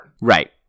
Right